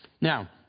Now